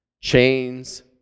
Chains